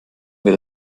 wird